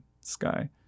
sky